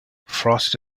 frost